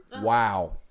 Wow